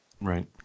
Right